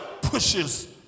pushes